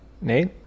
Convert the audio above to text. Nate